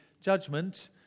judgment